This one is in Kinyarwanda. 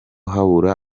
habura